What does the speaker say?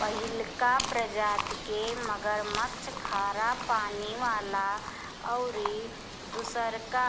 पहिलका प्रजाति के मगरमच्छ खारा पानी वाला अउरी दुसरका